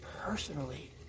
personally